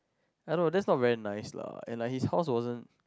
I know that's not very nice lah and like his house wasn't